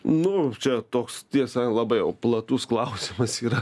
nu čia toks tiesa labai jau platus klausimas yra